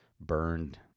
burned